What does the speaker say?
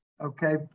Okay